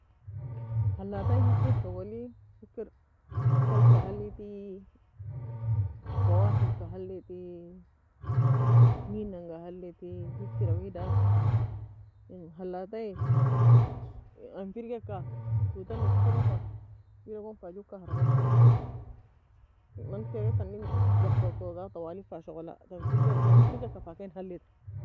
خلاطة hikir shoguli hikr kabaka huliti فواكة ka huliti nei nanga huliti hikira wida? En خلاطة an firgika tou tani la eskirosa wida gon fa gue كهرباء la kokir mn tery tani ga gukosa owin firgika fa ken hulitr